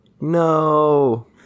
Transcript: No